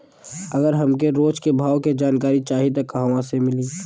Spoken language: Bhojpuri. अगर हमके रोज के भाव के जानकारी चाही त कहवा से मिली?